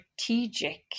strategic